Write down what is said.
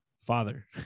Father